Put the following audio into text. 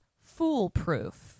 foolproof